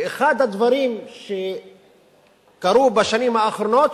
ואחד הדברים שקרו בשנים האחרונות,